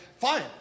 fine